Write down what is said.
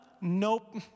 Nope